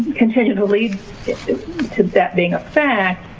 continue to lead to that being a fact.